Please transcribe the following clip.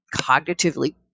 cognitively